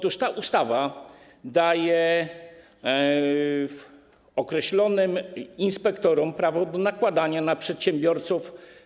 Ta ustawa daje określonym inspektorom prawo do nakładania kar na przedsiębiorców.